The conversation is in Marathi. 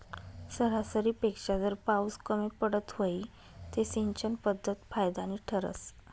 सरासरीपेक्षा जर पाउस कमी पडत व्हई ते सिंचन पध्दत फायदानी ठरस